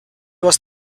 was